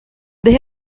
they